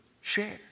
share